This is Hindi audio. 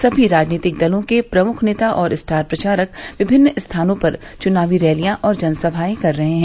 सभी राजनीतिक दलों के प्रमुख नेता और स्टार प्रचारक विभिन्न स्थानों पर चुनावी रैलिया और जनसभाए कर रहे हैं